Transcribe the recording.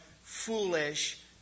foolish